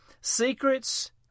secrets